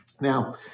Now